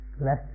less